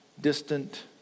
distant